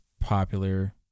popular